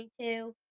22